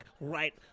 right